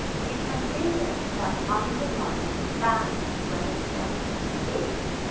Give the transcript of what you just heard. you can do this by underlining the vowel where the stress is.